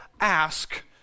ask